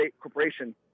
corporation